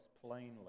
plainly